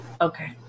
okay